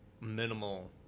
minimal